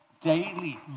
daily